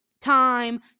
time